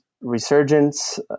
resurgence